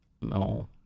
No